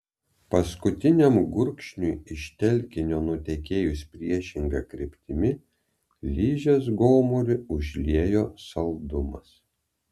paskutiniam gurkšniui iš telkinio nutekėjus priešinga kryptimi ližės gomurį užliejo saldumas